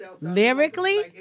lyrically